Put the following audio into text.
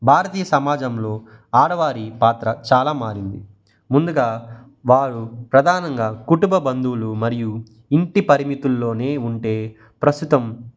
భారతీయ సమాజంలో ఆడవారి పాత్ర చాలా మారింది ముందుగా వారు ప్రధానంగా కుటుంబ బంధువులు మరియు ఇంటి పరిమితుల్లోనే ఉంటే ప్రస్తుతం